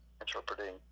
interpreting